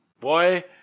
boy